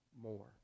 more